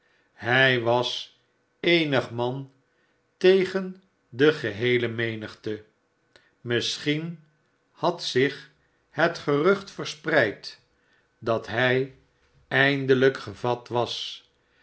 hij was een eenig man tegen de geheele menigte misschien had zich het gerucht verspreid dat hij emdelrjk gevat was